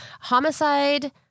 Homicide